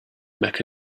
mecca